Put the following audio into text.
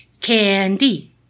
candy